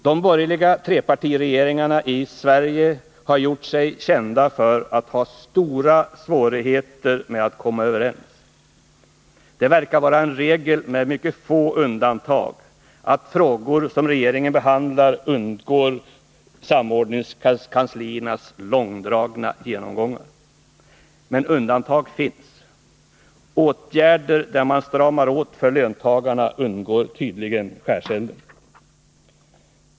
De borgerliga trepartiregeringarna i Sverige har gjort sig kända för att ha stora svårigheter att komma överens. Det verkar vara mycket sällsynt att 145 frågor som regeringen behandlar undgår samordningskansliernas långdragna genomgångar. Men undantag finns. Åtgärder som innebär att man stramar åt för löntagarna undgår tydligen skärselden.